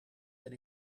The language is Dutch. ben